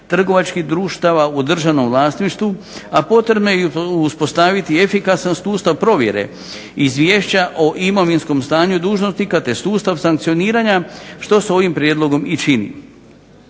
trgovačkih društava u državnom vlasništvu, a potrebno je i uspostaviti efikasan sustav provjere izvješća o imovinskom stanju dužnosnika te sustav sankcioniranja što se ovim prijedlogom i čini.